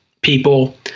people